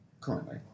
Currently